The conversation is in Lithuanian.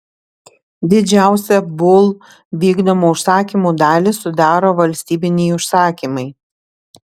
didžiausią bull vykdomų užsakymų dalį sudaro valstybiniai užsakymai